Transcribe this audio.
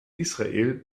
israel